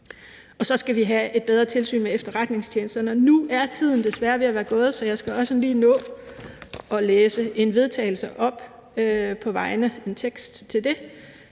Og så skal vi have et bedre tilsyn med efterretningstjenesterne. Nu er tiden desværre ved at være gået, og jeg skal også lige nå at læse teksten